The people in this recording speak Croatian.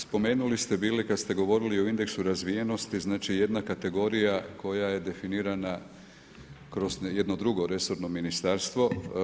Spomenuli ste bili kada ste govorili o indeksu razvijenosti jedna kategorija koja je definirana kroz jedno drugo resorno ministarstvo.